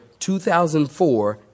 2004